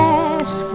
ask